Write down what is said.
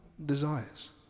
desires